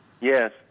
Yes